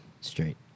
Straight